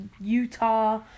Utah